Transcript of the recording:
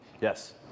Yes